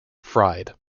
fried